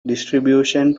distribution